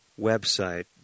website